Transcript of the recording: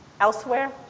elsewhere